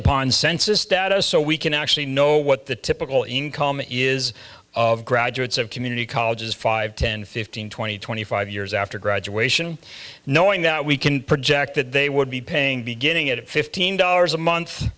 upon census data so we can actually know what the typical income is of graduates of community colleges five ten fifteen twenty twenty five years after graduation knowing that we can project that they would be paying beginning at fifteen dollars a month